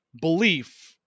belief